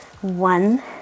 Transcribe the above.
one